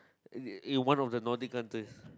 eh one of the naughty countries